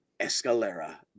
escalera